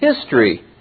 history